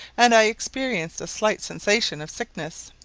and i experienced a slight sensation of sickness.